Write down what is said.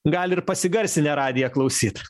gali ir pasigarsinę radiją klausyt